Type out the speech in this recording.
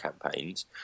campaigns